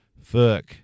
fuck